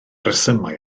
resymau